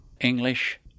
English